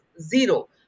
zero